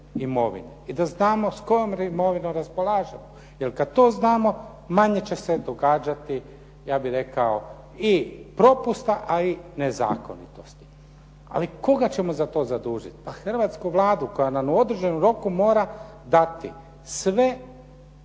imovine i da znamo s kojom imovinom raspolažemo. Jer kad to znamo manje će se događati ja bih rekao i propusta a i nezakonitosti. Ali koga ćemo za to zadužiti? Pa hrvatsku Vladu koja nam u određenom roku mora dati sve